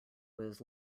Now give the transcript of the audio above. was